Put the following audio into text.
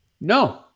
No